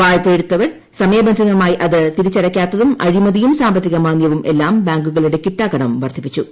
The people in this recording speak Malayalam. വായ്പയെടുത്തവർ സമയബന്ധിതമായി അത് തിരിച്ചടയ്ക്കാത്തതും അഴിമതിയും സാമ്പത്തിക മാന്ദ്യവും എല്ലാം ബാങ്കുകളുടെ കിട്ടാക്കടം വർദ്ധിപ്പിച്ചു